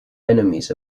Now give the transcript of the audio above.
enemies